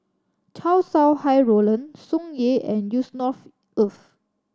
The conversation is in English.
Chow Sau Hai Roland Tsung Yeh and Yusnor Ef